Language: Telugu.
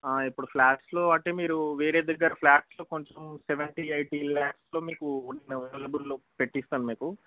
ఇప్పుడు ఫ్లాట్స్లో అంటే మీరు వేరే దగ్గర ఫ్లాట్స్లో కొంచెం సెవెంటీ ఎయిటీ లాక్స్లో మీకు అవైలబుల్లో పెట్టిస్తాను మీకు